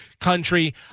country